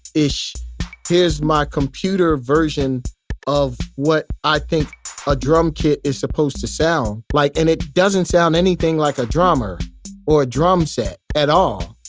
here's my computer version of what i think a drum kit is supposed to sound, like and it doesn't sound anything like a drummer or a drum set at all.